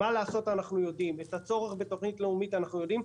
את הצורך בתוכנית לאומית אנחנו יודעים.